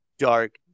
Dark